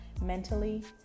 mentally